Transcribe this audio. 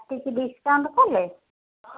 କିଛି ଡିସ୍କାଉଣ୍ଟ କଲେ